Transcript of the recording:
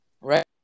Right